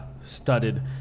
Studded